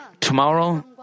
Tomorrow